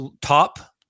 top